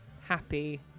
happy